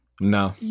No